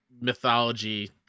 mythology